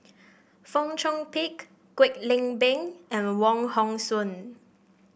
Fong Chong Pik Kwek Leng Beng and Wong Hong Suen